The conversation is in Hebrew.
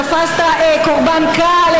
תפסת קורבן קל,